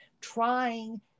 trying